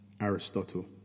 Aristotle